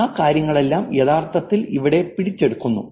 ആ കാര്യങ്ങളെല്ലാം യഥാർത്ഥത്തിൽ ഇവിടെ പിടിച്ചെടുക്കുന്നു